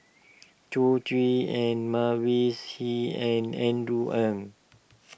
Chao Tzee Ng Mavis Hee and Andrew Ang